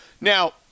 Now